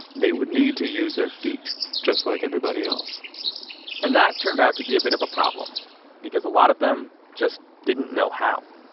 they would need to use their feet just like everybody else and that turned out to be a bit of a problem because a lot of them just didn't know how